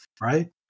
right